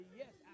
yes